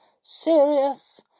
Serious